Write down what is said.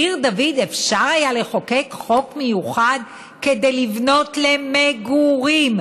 בעיר דוד אפשר היה לחוקק חוק מיוחד כדי לבנות למ-גו-רים?